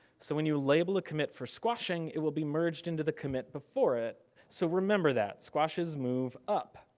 so, when you label a commit for squashing it will be merged into the commit before it. so remember that, squashes move up.